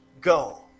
go